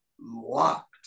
locked